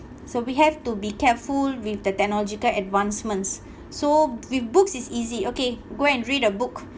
so we have to be careful with the technological advancements so with books is easy okay go and read a book